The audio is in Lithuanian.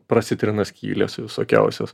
prasitrina skylės visokiausios